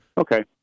Okay